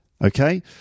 Okay